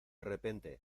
repente